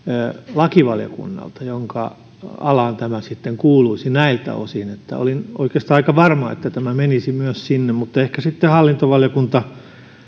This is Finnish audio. lakivaliokunnalta jonka alaan tämä kuuluisi näiltä osin olin oikeastaan aika varma että tämä menisi myös sinne mutta ehkä sitten hallintovaliokunta